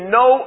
no